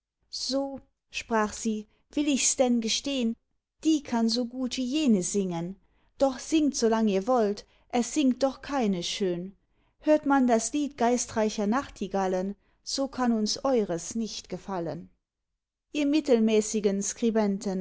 so sprach sie will ichs denn gestehn die kann so gut wie jene singen doch singt solang ihr wollt es singt doch keine schön hört man das lied geistreicher nachtigallen so kann uns eures nicht gefallen ihr mittelmäßigen